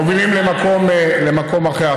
מובילים למקום אחר.